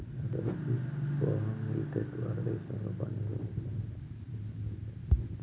అసలు గీ ప్రోనో మిల్లేట్ భారతదేశంలో పండించే ముఖ్యమైన సిన్న మిల్లెట్